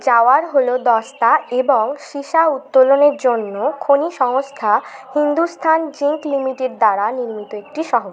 জাওয়ার হলো দস্তা এবং সীসা উত্তোলনের জন্য খনি সংস্থা হিন্দুস্থান জিঙ্ক লিমিটেড দ্বারা নির্মিত একটি শহর